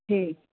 ठीक